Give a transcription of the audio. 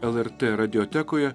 lrt radiotekoje